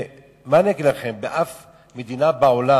מה אגיד לכם, בשום מדינה בעולם